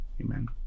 Amen